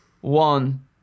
one